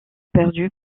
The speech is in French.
perdues